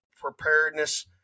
preparedness